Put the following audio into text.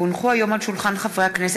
כי הונחו היום על שולחן הכנסת,